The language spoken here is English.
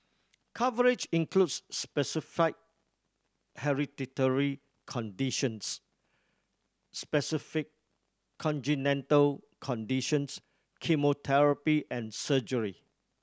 coverage includes specified hereditary conditions specified congenital conditions chemotherapy and surgery